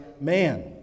man